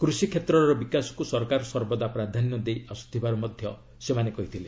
କୃଷିକ୍ଷେତ୍ରର ବିକାଶକୁ ସରକାର ସର୍ବଦା ପ୍ରାଧାନ୍ୟ ଦେଇ ଆସୁଥିବାର ମଧ୍ୟ ସେମାନେ କହିଥିଲେ